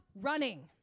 running